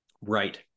Right